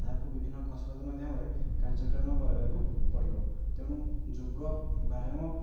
ତାହାକୁ ବିଭିନ୍ନ କସରତ ମାଧ୍ୟମରେ କାର୍ଯ୍ୟକ୍ରମ କରାଇବାକୁ ପଡ଼ିବ ତେଣୁ ଯୋଗ ବ୍ୟାୟାମ